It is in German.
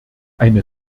eine